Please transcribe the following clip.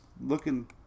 looking